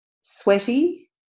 sweaty